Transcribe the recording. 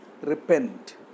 repent